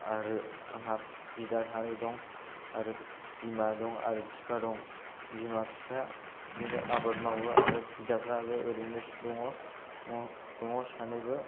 आरो आंहा बिदा सानै दं आरो बिमा दं आरो बिफा दं बिमा बिफाया बिदिनो आबाद मावो आरो बिदाफ्राबो ओरैनोसो दङ दङ सानैबो